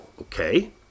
okay